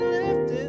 lifted